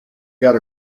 got